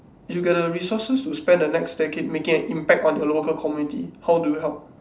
if you get the resources to spend the next decade making an impact on the local community how do you help